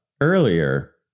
earlier